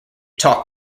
talked